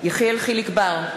יחיאל חיליק בר,